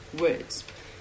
words